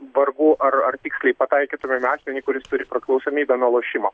vargu ar ar tiksliai pataikytumėm į asmenį kuris turi priklausomybę nuo lošimo